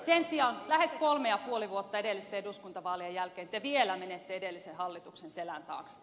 sen sijaan lähes kolme ja puoli vuotta edellisten eduskuntavaalien jälkeen te vielä menette edellisen hallituksen selän taakse